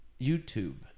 YouTube